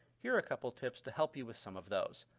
here are a couple tips to help you with some of those.